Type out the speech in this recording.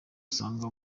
usanga